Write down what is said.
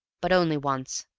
but only once.